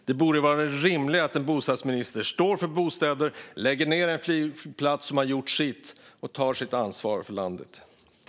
Det borde vara rimligare att en bostadsminister står för bostäder, lägger ned en flygplats som har gjort sitt och tar sitt ansvar för landet.